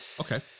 okay